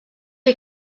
est